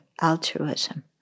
altruism